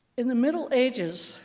in the middle ages,